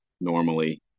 normally